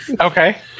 Okay